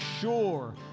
sure